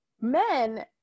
Men